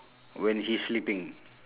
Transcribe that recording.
when he's sleeping